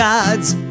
God's